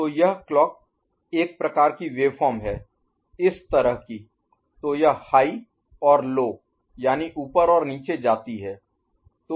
तो यह क्लॉक घड़ी एक प्रकार की वेवफॉर्म है इस तरह की तो यह हाई और लो यानि ऊपर और नीचे जाती है